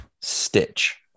Stitch